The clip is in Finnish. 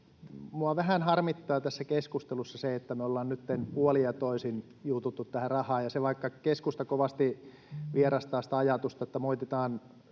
minua vähän harmittaa tässä keskustelussa se, että me ollaan nytten puolin ja toisin juututtu tähän rahaan. Ja vaikka keskusta kovasti vierastaa sitä ajatusta, että moititaan